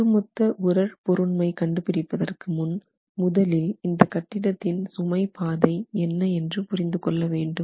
ஒட்டுமொத்த உறழ் பொருண்மை கண்டுபிடிப்பதற்கு முன் முதலில் இந்த கட்டிடத்தின் சுமை பாதை என்ன என்று புரிந்து கொள்ள வேண்டும்